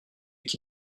qui